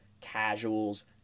casuals